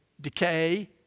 decay